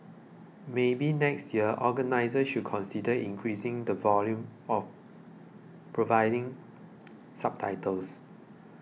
maybe next year organisers should consider increasing the volume or providing subtitles